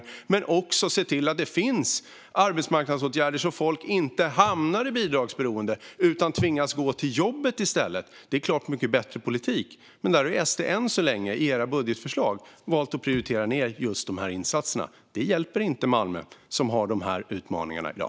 Det handlar också om att se till att det finns arbetsmarknadsåtgärder så att folk inte hamnar i bidragsberoende utan tvingas gå till jobbet i stället. Detta är en klart mycket bättre politik, men ni i SD har än så länge - i era budgetförslag - valt att prioritera ned just dessa insatser. Det hjälper inte Malmö, som har de här utmaningarna i dag.